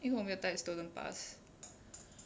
因为我没有带 student pass